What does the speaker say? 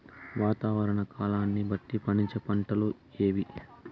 వాతావరణ కాలాన్ని బట్టి పండించే పంటలు ఏవి?